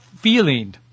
feeling